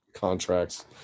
Contracts